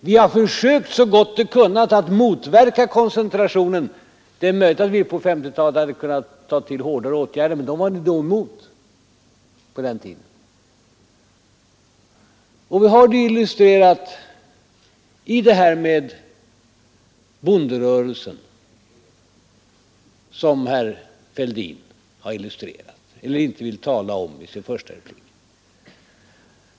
Vi har försökt så gott vi kunnat att motverka koncentrationen. Det är möjligt att vi på 1950-talet hade kunnat ta till hårdare åtgärder, men dem var ni emot på den tiden. Detta är illustrerat i det här med bonderörelsen, som herr Fälldin inte ville tala om i sin första replik.